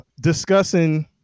Discussing